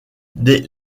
des